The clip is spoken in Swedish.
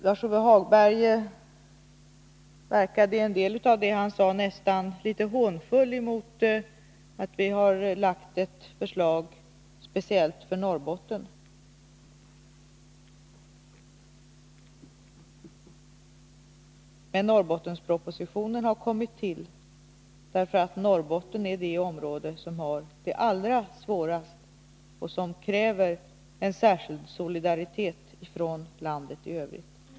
Lars-Ove Hagberg verkade delvis nästan litet hånfull mot att vi lagt fram ett förslag speciellt för Norrbotten. Men Norrbottenspropositionen har kommit till därför att Norrbotten är det område som har det allra svårast och som kräver en särskild solidaritet från landet i övrigt.